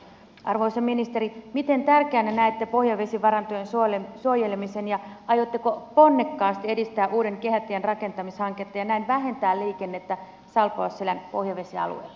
arvoisa ministeri miten tärkeänä näette pohjavesivarantojen suojelemisen ja aiotteko ponnekkaasti edistää uuden kehätien rakentamishanketta ja näin vähentää liikennettä salpausselän pohjavesialueella